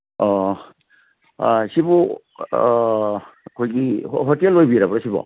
ꯑꯣ ꯁꯤꯕꯨ ꯑꯩꯈꯣꯏꯒꯤ ꯍꯣꯇꯦꯜ ꯑꯣꯏꯕꯤꯔꯕ꯭ꯔ ꯁꯤꯕꯣ